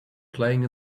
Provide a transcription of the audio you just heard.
playing